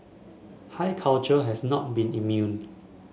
high culture has not been immune